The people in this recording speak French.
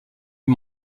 les